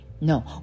No